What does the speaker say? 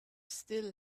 still